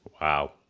Wow